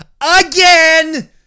again